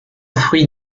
fruit